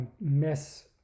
miss